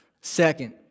Second